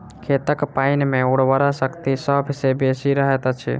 खेतक पाइन मे उर्वरा शक्ति सभ सॅ बेसी रहैत अछि